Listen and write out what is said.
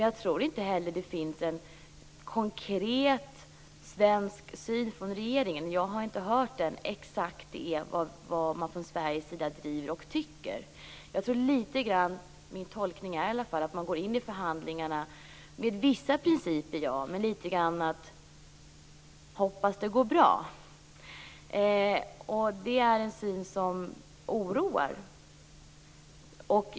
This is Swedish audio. Jag tror inte heller att det finns en konkret svensk syn i regeringen - jag har inte hört det - om exakt vad man driver och tycker från Sveriges sida. Min tolkning är att man går in i förhandlingarna med vissa principer men på något sätt hoppas att det går bra. Det är en syn som oroar.